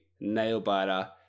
Nail-biter